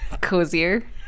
cozier